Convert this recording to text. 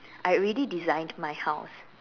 I already designed my house